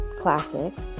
classics